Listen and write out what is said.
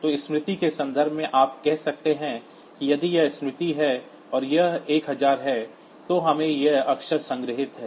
तो स्मृति के संदर्भ में आप कह सकते हैं कि यदि यह स्मृति है और यह 1000 है तो हमें ये अक्षर संग्रहीत हैं